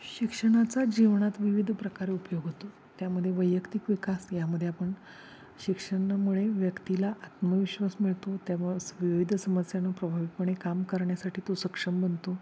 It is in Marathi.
शिक्षणाचा जीवनात विविध प्रकारे उपयोग होतो त्यामध्ये वैयक्तिक विकास यामध्ये आपण शिक्षणामुळे व्यक्तीला आत्मविश्वास मिळतो त्यामुळे स् विविध समस्यांना प्रभावीपणे काम करण्यासाठी तो सक्षम बनतो